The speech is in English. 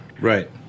Right